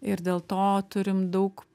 ir dėl to turim daug